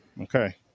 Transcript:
Okay